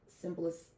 simplest